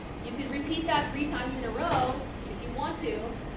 you can repeat that three times in a row if you want to,